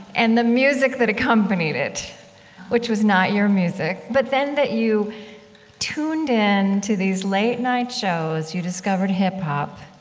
and the music that accompanied it which was not your music but then that you tuned in to these late night shows, you discovered hip hop,